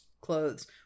Clothes